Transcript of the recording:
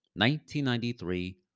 1993